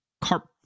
carp